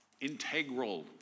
integral